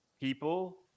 people